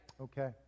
Okay